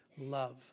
love